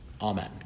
Amen